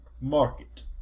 market